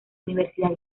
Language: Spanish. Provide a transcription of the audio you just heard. universidad